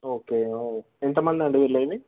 okay ఎంతమందండి వెళ్ళేవి